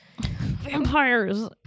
vampires